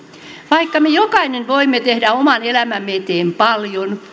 vaikka me jokainen voimme tehdä oman elämämme eteen paljon